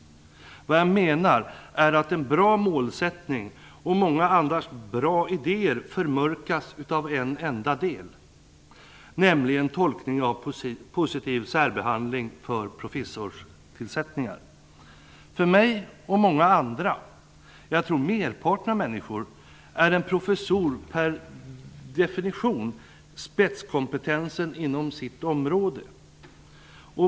Vad jag menar är att en bra målsättning och många bra idéer förmörkas av en enda del, nämligen tolkning av positiv särbehandling vid professorstillsättningar. För mig och många andra - jag tror för merparten av människor - är en professur per definition spetskompetensen inom sitt område.